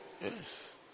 Yes